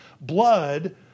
blood